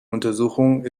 untersuchung